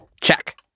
Check